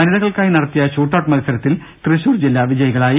വനിതകൾക്കായി നടത്തിയ shoot out മത്സരത്തിൽ തൃശൂർ ജില്ല വിജയികളായി